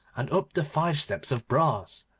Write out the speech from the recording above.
and up the five steps of brass.